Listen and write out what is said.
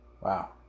Wow